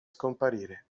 scomparire